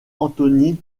anthony